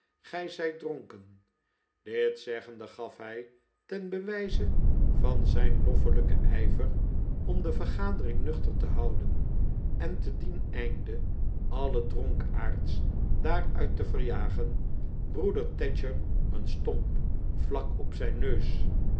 gij de vergadering tbespreken broeder zei humm met een uitnoodigenden glimlach neen mijnheer antwoordde stiggins vergadering nuchter te houden en te dien einde alle dronkaards daaruit te verjagen broeder tadger een stomp vlak op zijn neus